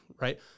right